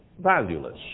valueless